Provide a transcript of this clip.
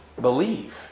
believe